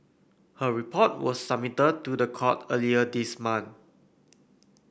her report was submitted to the court earlier this month